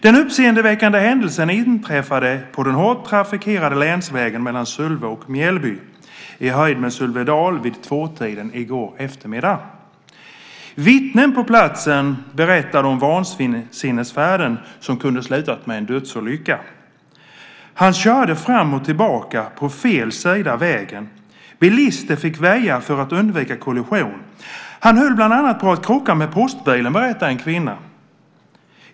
Den uppseendeväckande händelsen inträffade på den hårt trafikerade länsvägen mellan Sölve och Mjällby, i höjd med Sölvedal, vid tvåtiden i går eftermiddag. Vittnen på platsen berättade om vansinnesfärden som kunde slutat med en dödsolycka. - Han körde fram och tillbaka, på fel sida av vägen. Bilister fick väja för att undvika kollision. Han höll bland annat på att krocka med postbilen, berättar en kvinna.